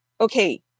okay